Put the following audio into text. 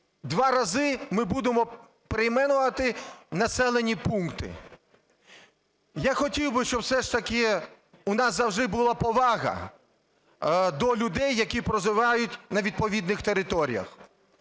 два рази ми будемо перейменовувати населені пункти. Я хотів би, щоб все ж таки у нас завжди була повага до людей, які проживають на відповідних територіях.